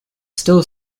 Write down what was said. still